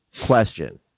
question